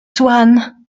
swann